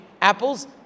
apples